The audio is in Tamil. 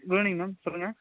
குட் ஈவினிங் மேம் சொல்லுங்கள்